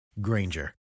granger